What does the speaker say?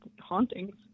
hauntings